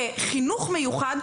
כחינוך מיוחד,